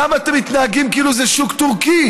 למה אתם מתנהגים כאילו זה שוק טורקי,